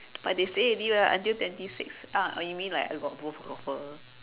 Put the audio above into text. but they say Deloitte until twenty six uh you mean like I got both offer